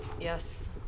Yes